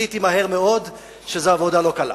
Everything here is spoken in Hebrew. מהר מאוד גיליתי שזו עבודה לא קלה.